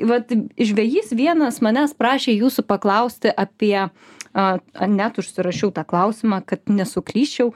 vat žvejys vienas manęs prašė jūsų paklausti apie a net užsirašiau tą klausimą kad nesuklysčiau